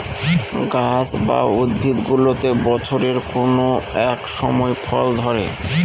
গাছ বা উদ্ভিদগুলোতে বছরের কোনো এক সময় ফল ধরে